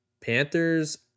Panthers